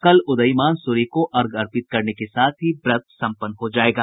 कल उदीयमान सूर्य को अर्घ्य अर्पित करने के साथ ही व्रत सम्पन्न हो जायेगा